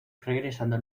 regresando